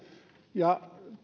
ja